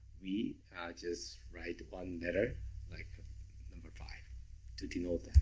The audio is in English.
we just write one letter like number five to denote that.